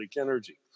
energy